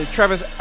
Travis